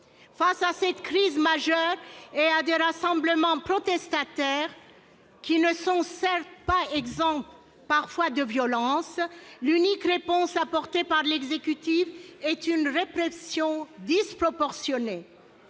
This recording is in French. Face à cette crise majeure et à des rassemblements protestataires, qui ne sont certes pas exempts, parfois, de violences, l'unique réponse apportée par l'exécutif est une répression disproportionnée